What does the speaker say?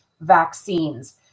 vaccines